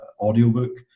audiobook